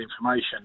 information